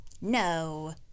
no